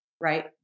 right